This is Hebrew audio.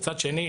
מצד שני,